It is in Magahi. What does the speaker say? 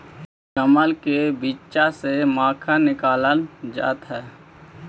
कमल के बीच्चा से मखाना निकालल जा हई